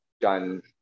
done